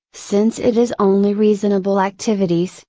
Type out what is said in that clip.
since it is only reasonable activities,